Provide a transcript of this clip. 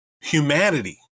humanity